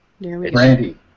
Brandy